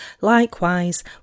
Likewise